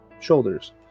shoulders